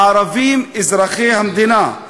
הערבים אזרחי המדינה,